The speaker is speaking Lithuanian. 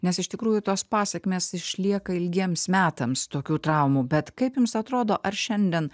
nes iš tikrųjų tos pasekmės išlieka ilgiems metams tokių traumų bet kaip jums atrodo ar šiandien